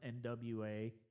NWA